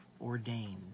ordained